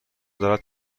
دارد